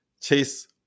Chase